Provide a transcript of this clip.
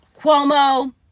cuomo